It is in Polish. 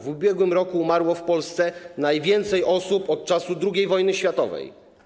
W ubiegłym roku umarło w Polsce najwięcej osób od czasu II wojny światowej.